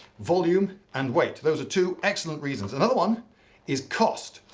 volume and weight. those are two excellent reasons. another one is cost.